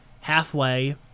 halfway